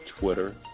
Twitter